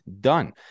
done